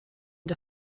der